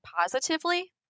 positively